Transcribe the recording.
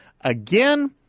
again